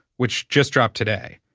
which just dropped today.